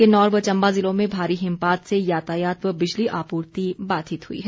किन्नौर व चम्बा जिलों में भारी हिमपात से यातायात व बिजली आपूर्ति बाधित हुई है